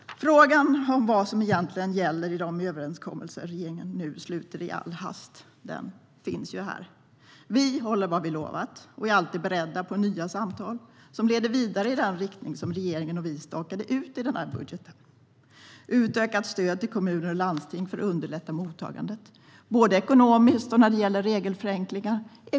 Frågan om vad som egentligen gäller i de överenskommelser som regeringen nu sluter i all hast finns här. Vi håller vad vi lovat och är alltid beredda på nya samtal som leder vidare i den riktning som regeringen och vi stakade ut i denna budget. Vi är mer än redo att ta tag i ett utökat stöd till kommuner och landsting för att underlätta mottagandet, både ekonomiskt och när det gäller regelförenklingar.